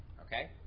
Okay